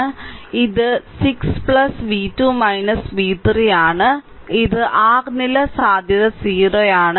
അതിനാൽ ഇത് 6 ന് v2 v3 ആണ് ഈ r നില സാധ്യത 0 ആണ്